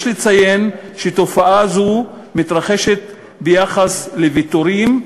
יש לציין שתופעה זו מתרחשת ביחס לוויתורים,